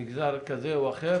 מגזר כזה או אחר